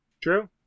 True